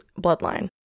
bloodline